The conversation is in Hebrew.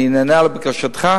אני נענה לבקשתך.